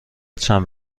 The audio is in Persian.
چند